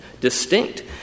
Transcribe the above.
distinct